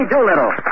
Doolittle